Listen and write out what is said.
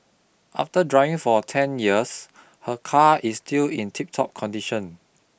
after driving for a ten years her car is still in tiptop condition